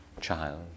child